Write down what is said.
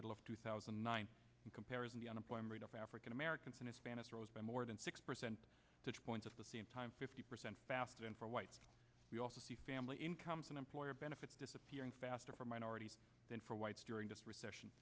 middle of two thousand and nine in comparison the unemployment rate of african americans and hispanics rose by more than six percent to two point at the same time fifty percent faster than for whites we also see family incomes and employer benefits disappearing faster for minorities than for whites during this recession